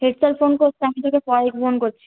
head sir phone করছে আমি তোকে পরে ফোন করছি